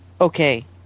Okay